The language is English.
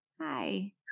hi